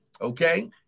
Okay